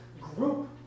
group